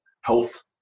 health